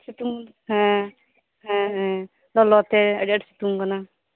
ᱥᱤᱛᱩᱝ ᱦᱮᱸ ᱦᱮᱸ ᱦᱮᱸ ᱞᱚᱞᱚ ᱛᱮ ᱟᱹᱰᱤ ᱟᱸᱴ ᱥᱤᱛᱩᱝ ᱠᱟᱱᱟ